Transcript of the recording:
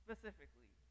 Specifically